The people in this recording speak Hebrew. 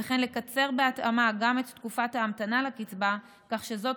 וכן לקצר בהתאמה את תקופת ההמתנה לקצבה כך שזו